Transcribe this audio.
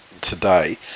today